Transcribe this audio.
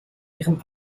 ihrem